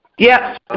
Yes